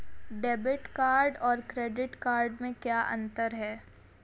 Debit card और credit card में क्या अंतर है?